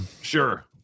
sure